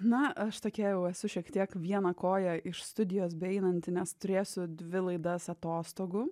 na aš tokia jau esu šiek tiek viena koja iš studijos beeinanti nes turėsiu dvi laidas atostogų